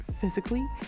physically